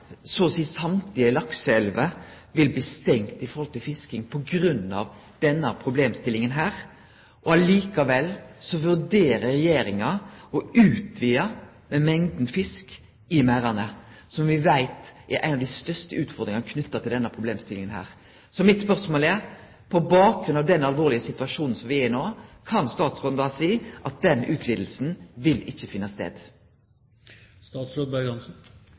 så å seie alle lakseelver vil bli stengde for fisking på grunn av denne problemstillinga. Likevel vurderer Regjeringa å utvide mengda med fisk i merdane, noko me veit er ei av dei største utfordringane knytt til denne problemstillinga. Mitt spørsmål er: På bakgrunn av den alvorlege situasjonen me er i no, kan statsråden seie at den utvidinga ikkje vil